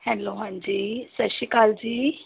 hello ਹਾਂਜੀ ਸਤਿ ਸ਼੍ਰੀ ਅਕਾਲ ਜੀ